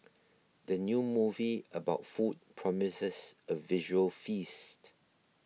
the new movie about food promises a visual feast